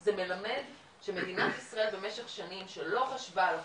זה מלמד שמדינת ישראל שבמשך שנים לא חשבה על החקלאות,